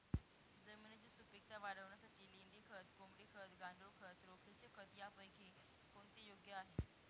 जमिनीची सुपिकता वाढवण्यासाठी लेंडी खत, कोंबडी खत, गांडूळ खत, राखेचे खत यापैकी कोणते योग्य आहे?